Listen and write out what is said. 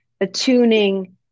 attuning